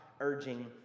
urging